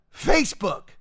Facebook